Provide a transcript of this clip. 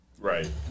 Right